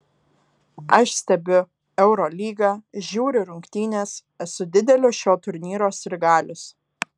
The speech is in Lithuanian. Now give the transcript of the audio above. aš stebiu eurolygą žiūriu rungtynes esu didelis šio turnyro sirgalius